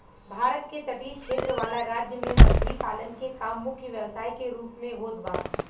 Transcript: भारत के तटीय क्षेत्र वाला राज्य में मछरी पालन के काम मुख्य व्यवसाय के रूप में होत बा